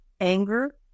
anger